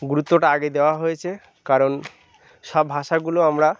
গুরুত্বটা আগেই দেওয়া হয়েছে কারণ সব ভাষাগুলো আমরা